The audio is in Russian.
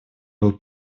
был